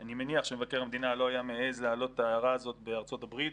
אני מניח שמבקר המדינה לא היה מעז להעלות את ההערה הזאת בארצות הברית,